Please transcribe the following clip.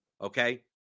okay